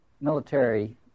military